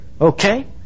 Okay